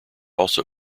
also